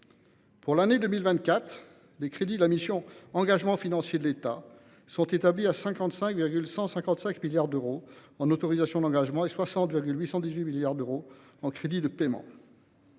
Pour l’année 2024, les crédits de la mission « Engagements financiers de l’État » s’établissent à 55,155 milliards d’euros en autorisations d’engagement et à 60,818 milliards d’euros en crédits de paiement.